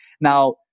Now